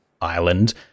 island